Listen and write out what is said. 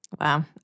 Wow